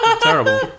Terrible